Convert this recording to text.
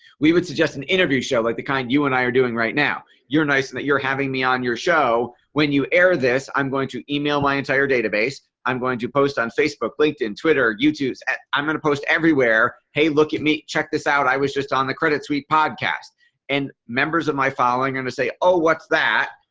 we would suggest an interview show like the kind you and i are doing right now. you're nice and that you're having me on your show when you air this i'm going to email my entire database. i'm going to post on facebook, linkedin, twitter, youtube. i'm going to post everywhere. hey, look at me. check this out i was just on the credit suite podcast and members of my following and to say oh what's that.